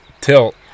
tilt